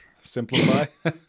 Simplify